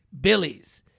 Billy's